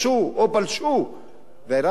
והאירנים, אני לא חושב שהם מטורפים.